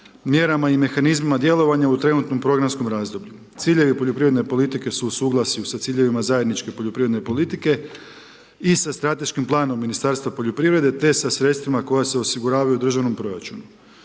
mjerama i mehanizmima djelovanja u trenutnom programskom razdoblju. Ciljevi poljoprivredne politike su u suglasju sa ciljevima zajedničke poljoprivredne politike i sa Strateškim planom Ministarstva poljoprivrede te sa sredstvima koja se osiguravaju u Državnom proračunu.